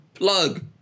plug